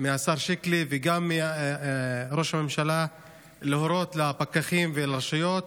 מהשר שיקלי וגם מראש הממשלה להורות לפקחים ולרשויות